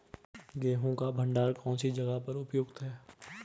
गेहूँ का भंडारण कौन सी जगह पर उपयुक्त है?